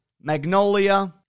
Magnolia